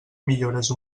millores